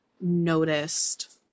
noticed